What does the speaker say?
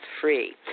free